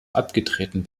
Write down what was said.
abgetreten